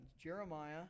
Jeremiah